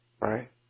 Right